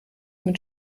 mit